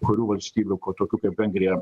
kurių valstybių ku tokių kaip vengrija